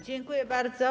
Dziękuję bardzo.